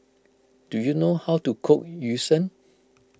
do you know how to cook Yu Sheng